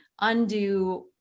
undo